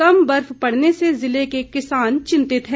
कम बर्फ पड़ने से ज़िले के किसान चिंतित हैं